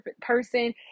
person